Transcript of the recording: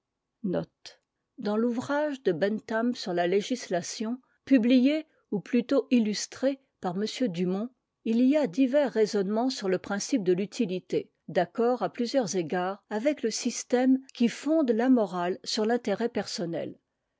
qu'insdans l'ouvrage de bentham sur la législation pubiié ou plutôt illustré par m dumont il y a divers raisonnements sur le principe de futilité d'accord à plusieurs égards avec te système qui fonde la morale sur l'intérêt personnel